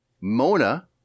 Mona